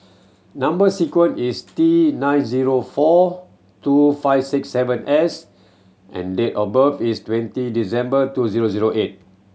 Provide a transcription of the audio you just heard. number sequence is T nine zero four two five six seven S and date of birth is twenty December two zero zero eight